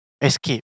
escape